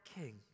King